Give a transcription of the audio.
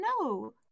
No